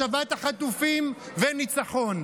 השבת החטופים וניצחון.